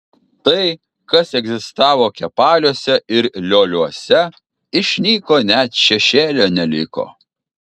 tai kas egzistavo kepaliuose ir lioliuose išnyko net šešėlio neliko